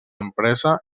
empresa